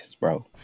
bro